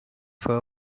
for